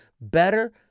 better